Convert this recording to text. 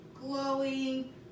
glowing